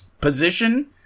position